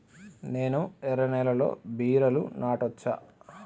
నేను ఎర్ర నేలలో బీరలు నాటచ్చా?